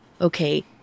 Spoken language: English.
okay